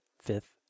fifth